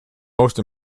most